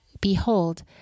Behold